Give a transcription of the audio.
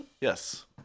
Yes